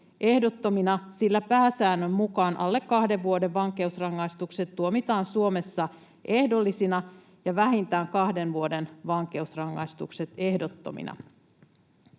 ehdottomina, sillä pääsäännön mukaan alle kahden vuoden vankeusrangaistukset tuomitaan Suomessa ehdollisina ja vähintään kahden vuoden vankeusrangaistukset ehdottomina.